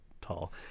tall